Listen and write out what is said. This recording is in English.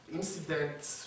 incidents